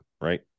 right